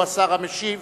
הוא השר המשיב